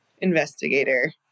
investigator